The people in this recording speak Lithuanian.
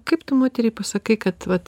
kaip tu moteriai pasakai kad vat